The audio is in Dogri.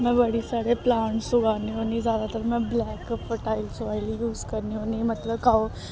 में बड़े सारे प्लांटस उगान्नी होन्नी जादातर में ब्लैक फर्टाइल आयल यूज़ करनी होन्नी मतलब काओ